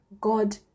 god